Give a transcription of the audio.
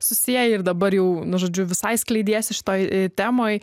susieji ir dabar jau nu žodžiu visai skleidiesi šitoj temoj